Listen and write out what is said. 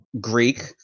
Greek